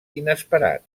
inesperat